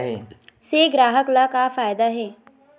से ग्राहक ला का फ़ायदा हे?